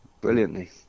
brilliantly